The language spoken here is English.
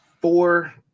four